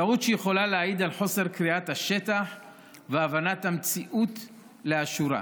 טעות שיכולה להעיד על חוסר קריאת השטח והבנת המציאות לאשורה.